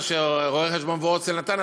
אחרי מה שרואה-חשבון וורצל נתן,